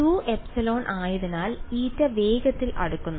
2ε ആയതിനാൽ η വേഗത്തിൽ അടുക്കുന്നു